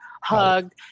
hugged